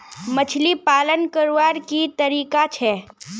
मछली पालन करवार की तरीका छे?